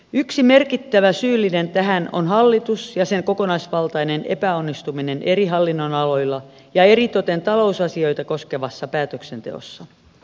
yksi merkittävä syyllinen tähän on hallitus ja sen kokonaisvaltainen epäonnistuminen eri hallinnonaloilla ja eritoten talousasioita koskevassa päätöksenteossa